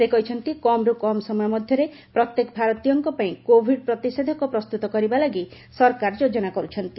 ସେ କହିଛନ୍ତି କମ୍ରୁ କମ୍ ସମୟ ମଧ୍ୟରେ ପ୍ରତ୍ୟେକ ଭାରତୀୟଙ୍କ ପାଇଁ କୋଭିଡ୍ ପ୍ରତିଷେଧକ ପ୍ରସ୍ତୁତ କରିବା ଲାଗି ସରକାର ଯୋଜନା କରୁଛନ୍ତି